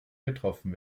getroffen